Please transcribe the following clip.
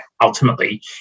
ultimately